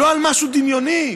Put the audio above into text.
לא על משהו דמיוני.